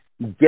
get